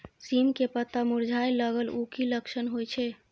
सीम के पत्ता मुरझाय लगल उ कि लक्षण होय छै?